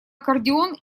аккордеон